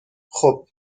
خوب